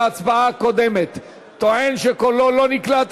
טוען שבהצבעה הקודמת קולו לא נקלט.